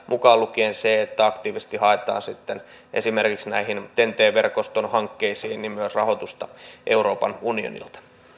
mukaan lukien se että aktiivisesti haetaan esimerkiksi näihin ten t verkoston hankkeisiin rahoitusta euroopan unionilta